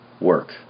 work